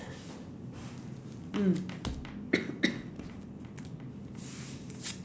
mm